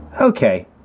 okay